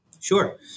Sure